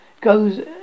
goes